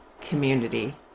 community